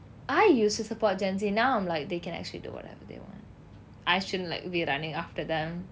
I used to support gen Z now I'm like they can actually do whatever they want I shouldn't like be running after them